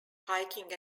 hiking